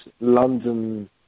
London